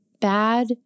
bad